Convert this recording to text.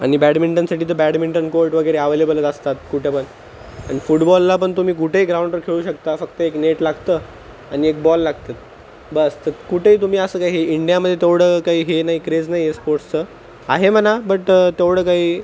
आणि बॅडमिंटनसाठी तर बॅडमिंटन कोर्ट वगैरे आवेलेबलच असतात कुठं पण आणि फुडबॉलला पण तुम्ही कुठेही ग्राउंडवर खेळू शकता फक्त एक नेट लागतं आणि एक बॉल लागतंत बास तर कुठेही तुम्ही असं काही हे इंडियामध्ये तेवढं काही हे नाही क्रेज नाही आहे स्पोर्ट्सचं आहे म्हणा बट तेवढं काही